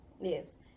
yes